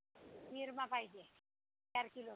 निरमा पाहिजे चार किलो